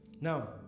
now